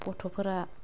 गथ'फोरा